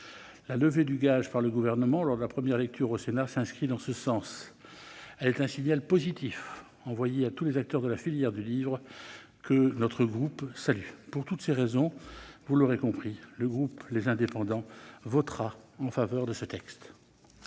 La levée du gage par le Gouvernement lors de la première lecture au Sénat s'inscrit dans ce sens. Elle est un signal positif envoyé à tous les acteurs de la filière du livre que notre groupe salue. Pour toutes ces raisons, vous l'aurez compris, le groupe Les Indépendants-République et